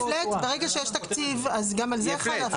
ברגע שיש תקציב אז גם על זה חל הפלאט.